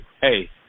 hey